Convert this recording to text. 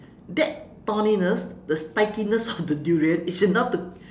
that thorniness the spikiness of the durian is enough to